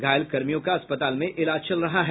घायल कर्मियों का अस्पताल में इलाज चल रहा है